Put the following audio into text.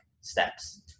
steps